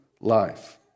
life